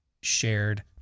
shared